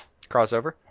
crossover